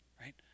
right